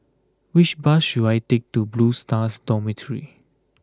which bus should I take to Blue Stars Dormitory